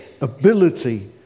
ability